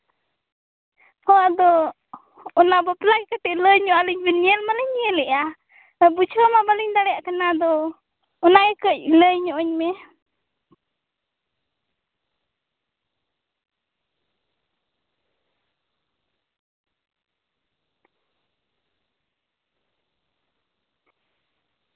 ᱦᱳᱭ ᱟᱫᱚ ᱚᱱᱟ ᱵᱟᱯᱞᱟ ᱜᱮ ᱠᱟᱹᱴᱤᱡ ᱞᱟᱹᱭ ᱧᱚᱜ ᱟᱹᱞᱤᱧ ᱵᱤᱱ ᱧᱮᱞ ᱢᱟᱞᱤᱧ ᱧᱮᱞᱮᱜᱼᱟ ᱵᱩᱡᱷᱟᱹᱣ ᱢᱟ ᱵᱟᱹᱞᱤᱧ ᱫᱟᱲᱮᱭᱟᱜ ᱠᱟᱱᱟ ᱟᱫᱚ ᱚᱱᱟ ᱜᱮ ᱠᱟᱹᱡ ᱞᱟᱹᱭ ᱧᱚᱜᱼᱟᱹᱧ ᱢᱮ